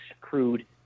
crude